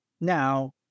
Now